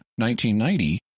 1990